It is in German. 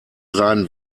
seinen